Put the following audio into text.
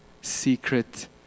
secret